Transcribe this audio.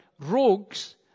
rogues